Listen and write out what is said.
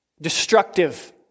destructive